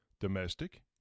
Domestic